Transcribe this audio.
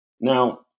Now